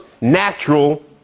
natural